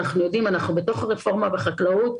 ואנחנו יודעים שאנחנו בתוך הרפורמה בחקלאות,